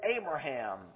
Abraham